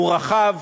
הוא רחב,